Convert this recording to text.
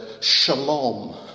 shalom